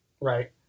Right